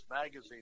magazine